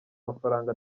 mafaranga